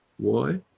why?